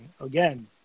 again